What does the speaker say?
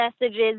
messages